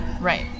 Right